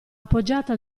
appoggiata